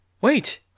Wait